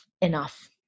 enough